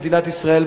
במדינת ישראל,